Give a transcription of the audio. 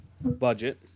budget